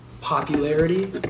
popularity